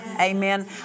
Amen